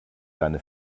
deine